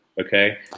Okay